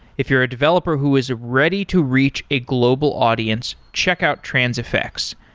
if you're a developer who is ready to reach a global audience, check out transifex.